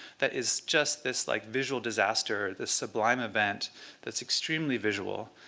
that is just this like visual disaster, this sublime event that's extremely visual.